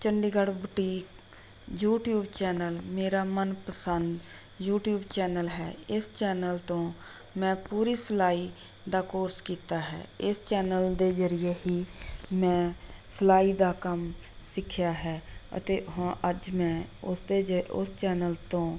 Chandigarh boutique YouTube channel ਮੇਰਾ ਮਨਪਸੰਦ YouTube channel ਹੈ ਇਸ ਚੈਨਲ ਤੋਂ ਮੈਂ ਪੂਰੀ ਸਿਲਾਈ ਦਾ ਕੋਰਸ ਕੀਤਾ ਹੈ ਇਸ ਚੈਨਲ ਦੇ ਜ਼ਰੀਏ ਹੀ ਮੈਂ ਸਿਲਾਈ ਦਾ ਕੰਮ ਸਿੱਖਿਆ ਹੈ ਅਤੇ ਹਾਂ ਅੱਜ ਮੈਂ ਉਸ ਦੇ ਜ਼ ਉਸ ਚੈਨਲ ਤੋਂ